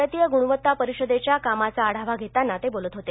भारतीय गूणवत्ता परिषदेच्या कामाचा आढावा घेताना ते बोलत होते